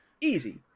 Easy